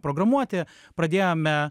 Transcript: programuoti pradėjome